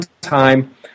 time